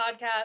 podcast